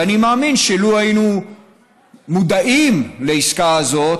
ואני מאמין שלו היינו מודעים לעסקה הזאת